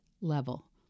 level